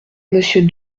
monsieur